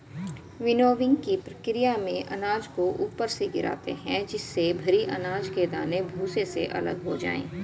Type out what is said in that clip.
विनोविंगकी प्रकिया में अनाज को ऊपर से गिराते है जिससे भरी अनाज के दाने भूसे से अलग हो जाए